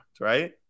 right